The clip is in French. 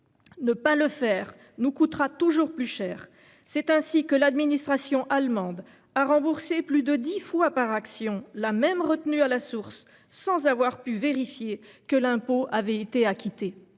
Ne pas le faire nous coûtera toujours plus cher : c'est ainsi que l'administration allemande a remboursé plus de dix fois par action la même retenue à la source sans avoir pu vérifier que l'impôt avait été acquitté.